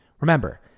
Remember